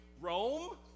Rome